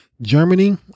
Germany